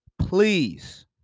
please